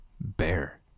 bear